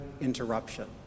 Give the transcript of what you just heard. interruption